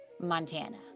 Montana